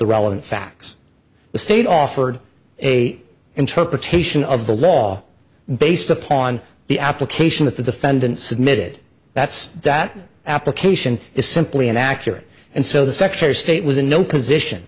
the relevant facts the state offered a interpretation of the law based upon the application that the defendant submitted that's that application is simply inaccurate and so the secretary of state was in no position